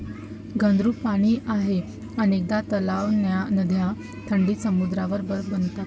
घनरूप पाणी आहे अनेकदा तलाव, नद्या थंडीत समुद्रावर बर्फ बनतात